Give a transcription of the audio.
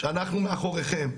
שאנחנו מאחוריכם.